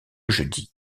jeudi